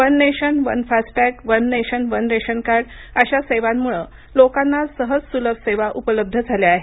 one nation one FASTag one nation one ration card अशा सेवांमुळ लोकांना सहज सुलभ सेवा उपलब्ध झाल्या आहेत